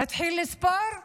נתחיל לספור?